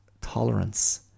tolerance